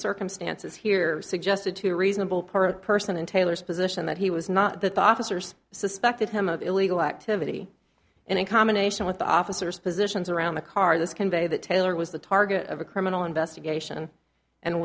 circumstances here suggested to a reasonable per person in taylor's position that he was not the tossers suspected him of illegal activity and in combination with the officers positions around the car this convey that taylor was the target of a criminal investigation and